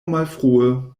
malfrue